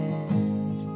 end